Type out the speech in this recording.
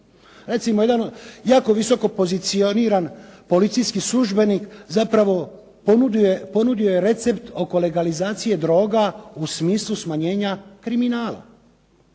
Recimo jedan visoko pozicioniran policijski službenik zapravo ponudio je recept oko legalizacije droga u smislu smanjenja kriminala.